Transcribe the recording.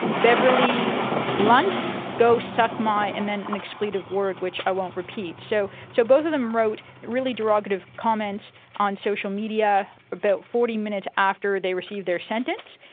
beverley lunt go suck my, and then an expletive word which i won't repeat. so so both of them wrote really derogative comments on social media about forty minutes after they received their sentence.